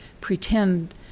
pretend